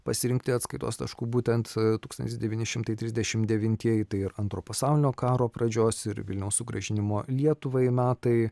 pasirinkta atskaitos tašku būtent tūkstantis devyni šimtai trisdešimt devintieji tai ir antro pasaulinio karo pradžios ir vilniaus sugrąžinimo lietuvai metai